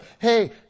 Hey